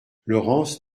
laurence